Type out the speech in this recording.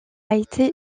été